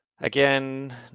Again